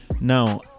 Now